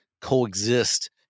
coexist